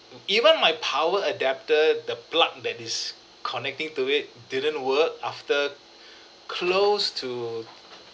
even my power adapter the plug that is connecting to it didn't work after close to